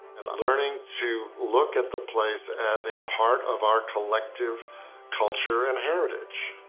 and learning to look at the place as a part of our collective culture and heritage.